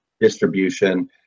distribution